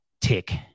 tick